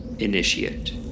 Initiate